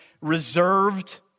reserved